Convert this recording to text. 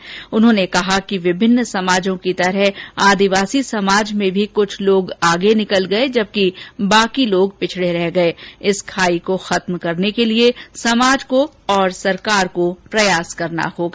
श्री पायलट ने कहा कि विभिन्न समाजों की तरह आदिवासी समाज में भी कुछ लोग आगे निकल गए जबकि बाकी लोग पिछड़े रह गए हैं इस खाई को खत्म करने के लिए समाज को और सरकार को कितना प्रयास करना होगा